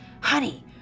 Honey